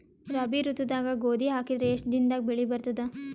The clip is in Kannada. ರಾಬಿ ಋತುದಾಗ ಗೋಧಿ ಹಾಕಿದರ ಎಷ್ಟ ದಿನದಾಗ ಬೆಳಿ ಬರತದ?